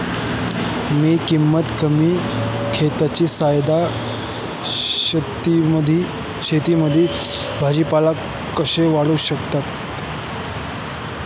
मी कमीत कमी खर्चात सेंद्रिय शेतीमध्ये भाजीपाला कसा वाढवू शकतो?